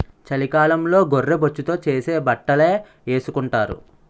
చలికాలంలో గొర్రె బొచ్చుతో చేసే బట్టలే ఏసుకొంటారు